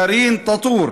דארין טאטור,